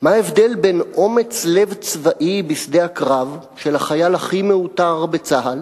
מה ההבדל בין אומץ לב צבאי בשדה הקרב של החייל הכי מעוטר בצה"ל,